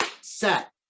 set